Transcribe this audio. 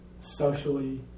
socially